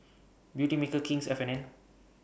Beautymaker King's F and N